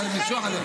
בניסוח הזה?